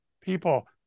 people